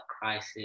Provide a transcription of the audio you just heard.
crisis